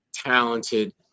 talented